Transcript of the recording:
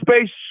space